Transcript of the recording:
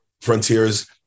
Frontiers